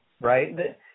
right